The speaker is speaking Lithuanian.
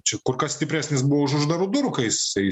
čiu kur kas stipresnis buvo už uždarų durų kai jisai